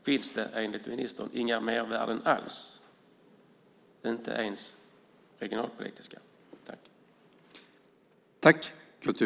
Finns det enligt ministern inga mervärden alls, inte ens regionalpolitiska, med detta?